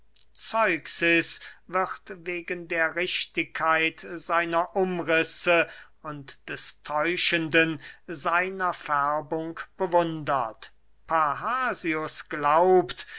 zeuxis wird wegen der richtigkeit seiner umrisse und des täuschenden seiner färbung bewundert parrhasius glaubt